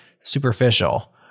superficial